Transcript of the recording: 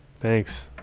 Thanks